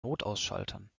notausschaltern